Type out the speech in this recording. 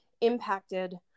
impacted